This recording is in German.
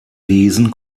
lesen